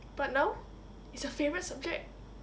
but now it's your favourite subject